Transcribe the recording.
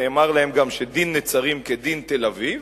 נאמר להם גם שדין נצרים כדין תל-אביב.